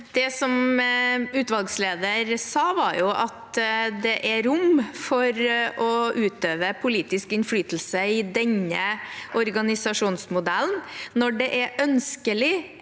Det utvalgs- lederen sa, var at det er rom for å utøve politisk innflytelse i denne organisasjonsmodellen når det er ønskelig